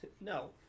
No